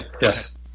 yes